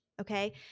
okay